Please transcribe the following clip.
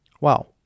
Wow